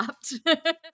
stopped